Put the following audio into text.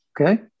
okay